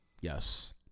Yes